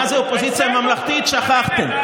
מה זה אופוזיציה ממלכתית שכחתם.